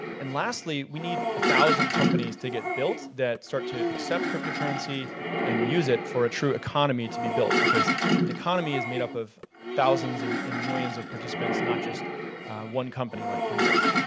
and lastly, we need a thousand companies to get built, that start to accept cryptocurrency and use it, for a true economy to be built. because an economy is made up of thousands and and millions of participants, not just one company like coinbase.